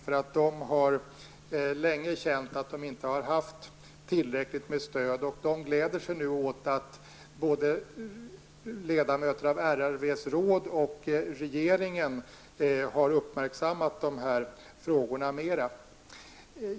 De har nämligen länge känt att de inte har haft tillräckligt stöd, och de gläder sig nu åt att både ledamöter av RRVs råd och regeringen har uppmärksammat dem mera.